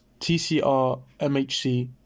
TCR-MHC